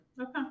Okay